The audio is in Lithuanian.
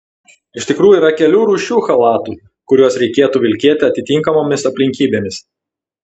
iš tikrųjų yra kelių rūšių chalatų kuriuos reikėtų vilkėti atitinkamomis aplinkybėmis